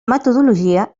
metodologia